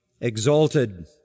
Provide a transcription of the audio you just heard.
exalted